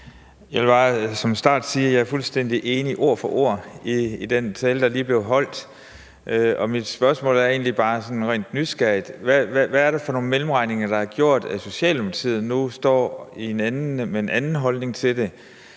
Jeg vil bare som en start sige, at jeg er fuldstændig enig – ord for ord – i den tale, der lige blev holdt, og mit spørgsmål er egentlig bare sådan af ren nysgerrighed: Hvad er det for nogle mellemregninger, der har gjort, at Socialdemokratiet nu står med en anden holdning til det?